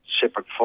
separate